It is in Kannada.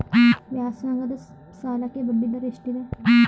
ವ್ಯಾಸಂಗದ ಸಾಲಕ್ಕೆ ಬಡ್ಡಿ ದರ ಎಷ್ಟಿದೆ?